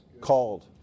called